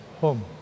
home